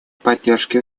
поддержке